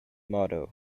motto